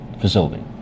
facility